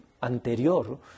anterior